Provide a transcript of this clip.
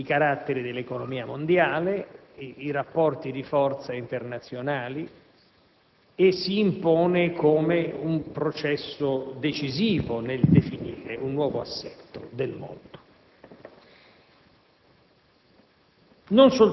Sta mutando i caratteri dell'economia mondiale, i rapporti di forza internazionali e si impone come processo decisivo nel definire un nuovo assetto del mondo